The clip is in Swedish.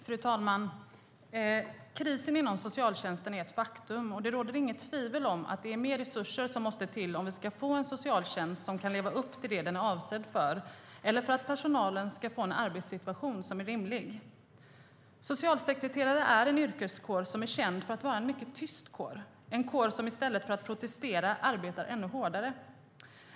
Fru talman! Krisen inom socialtjänsten är ett faktum, och det råder inget tvivel om att det är mer resurser som måste till för att vi ska få en socialtjänst som kan leva upp till det den är avsedd för och för att personalen ska få en arbetssituation som är rimlig. Socialsekreterare är en yrkeskår som är känd för att vara mycket tyst. Det är en kår som i stället för att protestera arbetar ännu hårdare.